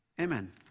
Amen